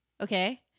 Okay